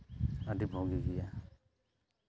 ᱟᱹᱰᱤ ᱵᱷᱟᱹᱜᱤ ᱜᱮᱭᱟ